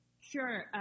sure